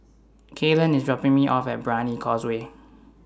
Kylan IS dropping Me off At Brani Causeway